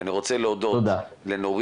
ואני רוצה להודות לנורית,